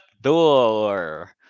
Door